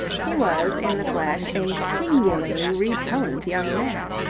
he was, in the flesh, a singularly repellent young man.